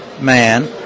man